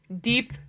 deep